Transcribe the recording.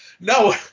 no